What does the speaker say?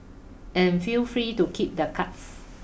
and feel free to keep the cuts